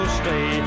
stay